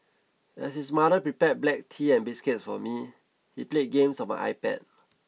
as his mother prepared black tea and biscuits for me he played games on my iPad